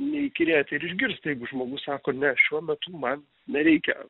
neįkyrėti ir išgirst jeigu žmogus sako ne šiuo metu man nereikia